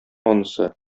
анысы